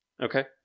Okay